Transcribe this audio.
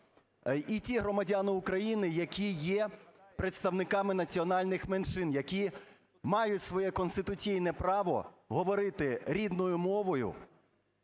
І ті громадяни України, які є представниками національних меншин, які мають своє конституційне право говорити рідною мовою,